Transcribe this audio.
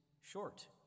short